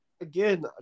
again